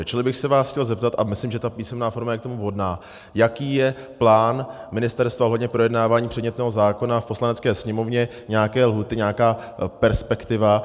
Čili bych se vás chtěl zeptat, a myslím, že ta písemná forma je k tomu vhodná, jaký je plán Ministerstva ohledně projednávání předmětného zákona v Poslanecké sněmovně, nějaké lhůty, nějaká perspektiva.